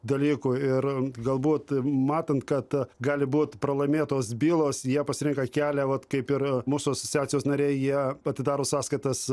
dalykų ir galbūt matant kad gali būt pralaimėtos bylos jie pasirenka kelią vat kaip yra mūsų asociacijos nariai jie atidaro sąskaitas